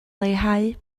leihau